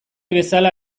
bezala